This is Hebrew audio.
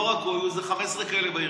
לא רק הוא, היו איזה 15 כאלה בעירייה.